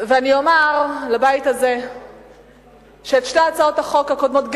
אני אומר לבית הזה שאת שתי הצעות החוק הקודמות,